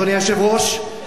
אדוני היושב-ראש,